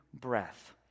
breath